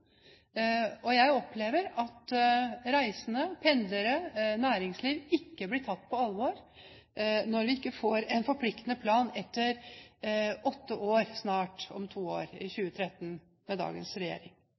og jeg opplever at reisende, pendlere og næringsliv ikke blir tatt på alvor når vi ikke får en forpliktende plan etter snart åtte år – om to år, i 2013 – med dagens regjering.